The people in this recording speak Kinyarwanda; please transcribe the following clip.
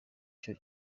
icyo